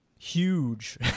Huge